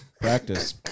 practice